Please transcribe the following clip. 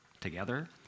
Together